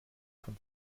von